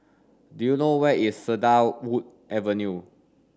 do you know where is Cedarwood Avenue